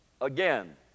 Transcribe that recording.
again